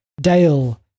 dale